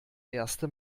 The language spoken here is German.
erste